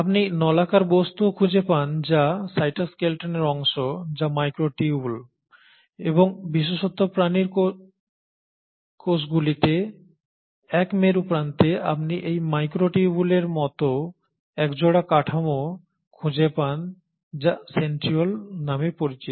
আপনি নলাকার বস্তুও খুঁজে পান যা সাইটোস্কেলটনের অংশ যা মাইক্রোটিউবুল এবং বিশেষত প্রাণীর কোষগুলিতে এক মেরুপ্রান্তে আপনি এই মাইক্রোটিউবুলের মতো একজোড়া কাঠামো খুঁজে পান যা সেন্ট্রিওল নামে পরিচিত